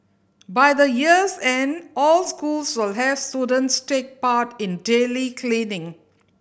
by the year's end all schools will have students take part in daily cleaning